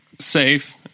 safe